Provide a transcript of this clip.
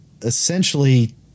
essentially